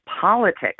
Politics